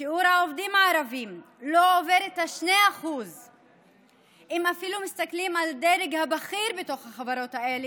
שיעור העובדים הערבים לא עולה על 2%. אם מסתכלים על הדרג הבכיר בחברות האלה,